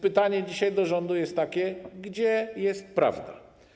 Pytanie dzisiaj do rządu jest takie: Gdzie jest prawda?